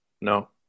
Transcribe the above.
no